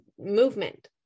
movement